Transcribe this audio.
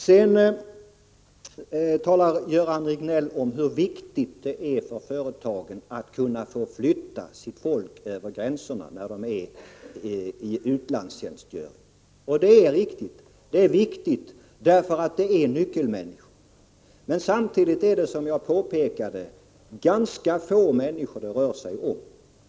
Göran Riegnell talar också om hur viktigt det är för företagen att kunna förflytta sitt folk i utlandstjänstgöring över gränserna. Det är riktigt att detta är betydelsefullt, eftersom dessa anställda är nyckelpersoner i företagen. Men som jag påpekade är det ganska få människor det rör sig om.